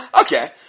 Okay